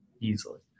easily